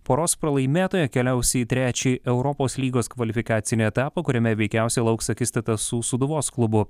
poros pralaimėtoja keliaus į trečią europos lygos kvalifikacinį etapą kuriame veikiausiai lauks akistata su sūduvos klubu